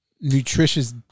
nutritious